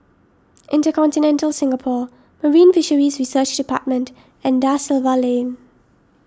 Intercontinental Singapore Marine Fisheries Research Department and Da Silva Lane